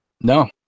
No